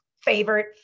favorite